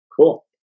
Cool